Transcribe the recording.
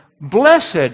Blessed